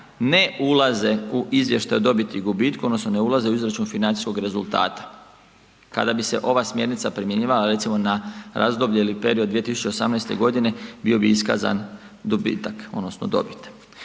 ne ulaze u izvještaj o dobiti i gubitku odnosno ne ulaze u izračun financijskog rezultata. Kada bi se ova smjernica primjenjivala recimo na razdoblje ili period 2018. g., bio bi iskazan dobitak odnosno dobit.